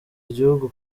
igihugu